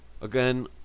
again